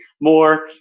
more